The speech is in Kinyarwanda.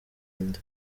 inda